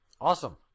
Awesome